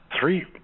Three